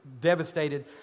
devastated